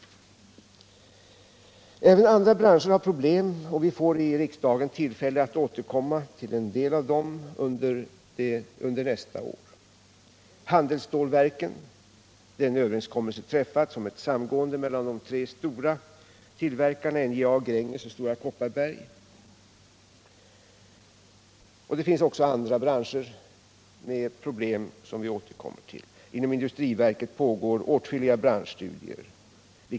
Även andra branscher har problem, och vi får i riksdagen tillfälle att återkomma till en del av dem under nästa år. Jag syftar bl.a. på handelsstålverken, där en överenskommelse träffats om ett samgående mellan de tre stora tillverkarna NJA, Gränges och Stora Kopparberg. Inom industriverket liksom i departementets regi pågår åtskilliga branschstudier.